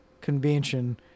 convention